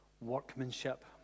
workmanship